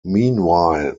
meanwhile